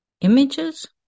images